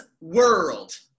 world